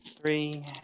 Three